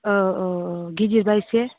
औ औ गिदिरबा एसे